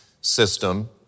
system